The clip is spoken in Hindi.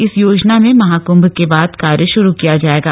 इस योजना में महाक्म्भ के बाद कार्य श्रू किया जायेगा